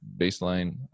baseline